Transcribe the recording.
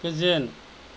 गोजोन